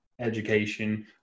education